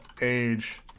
age